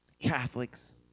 Catholics